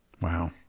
Wow